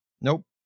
Nope